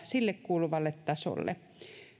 sille kuuluvalle tasolle